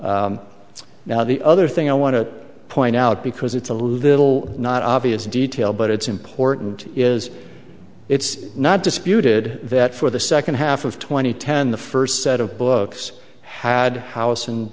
it's now the other thing i want to point out because it's a little not obvious detail but it's important is it's not disputed that for the second half of two thousand and ten the first set of books had house and